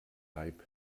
leib